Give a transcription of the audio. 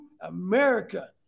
america